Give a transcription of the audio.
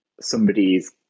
somebody's